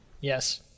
Yes